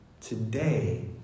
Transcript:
today